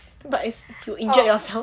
but it's through injure yourself